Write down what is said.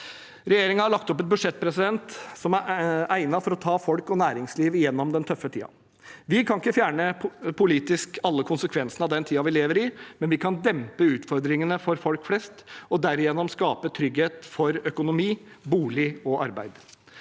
Regjeringen har lagt opp til et budsjett som er egnet til å ta folk og næringsliv gjennom den tøffe tiden. Vi kan ikke fjerne politisk alle konsekvensene av den tiden vi lever i, men vi kan dempe utfordringene for folk flest og derigjennom skape trygghet for økonomi, bolig og arbeid.